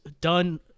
done